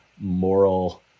moral